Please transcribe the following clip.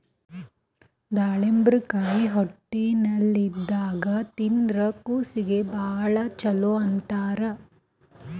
ದಾಳಿಂಬರಕಾಯಿ ಹೊಟ್ಲೆ ಇದ್ದಾಗ್ ತಿಂದ್ರ್ ಕೂಸೀಗಿ ಭಾಳ್ ಛಲೋ ಅಂತಾರ್